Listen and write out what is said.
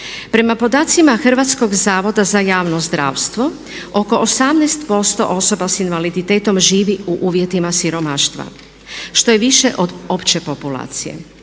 Prema podacima Hrvatskog zavoda za javno zdravstvo oko 18% osoba sa invaliditetom živi u uvjetima siromaštva što je više od opće populacije.